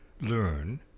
learn